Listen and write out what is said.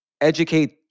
educate